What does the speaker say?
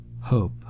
Hope